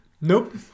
Nope